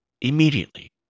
immediately